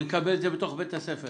הוא יקבל את זה בתוך בית הספר.